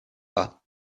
pas